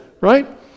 right